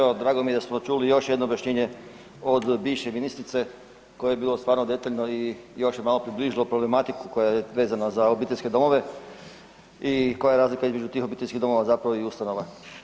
Poštovani zastupniče evo drago mi je da smo čuli još jedno objašnjenje od bivše ministrice koje je bilo stvarno detaljno i još je malo približilo problematiku koja je vezana za obiteljske domove i koja je razlika između tih obiteljskih domova zapravo i ustanova.